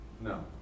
No